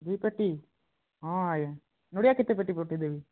ଦୁଇ ପେଟି ହଁ ଆଜ୍ଞା ନଡ଼ିଆ କେତେ ପେଟି ପଠାଇଦେବି